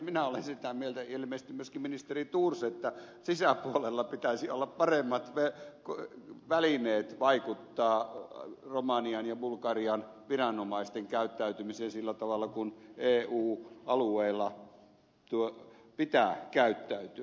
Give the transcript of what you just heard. minä olen sitä mieltä ja ilmeisesti myöskin ministeri thors että sisäpuolella pitäisi olla paremmat välineet vaikuttaa romanian ja bulgarian viranomaisten käyttäytymiseen sillä tavalla kuin eu alueella pitää käyttäytyä